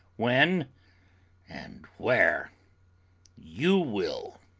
when and where you will.